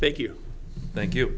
thank you thank you